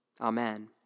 Amen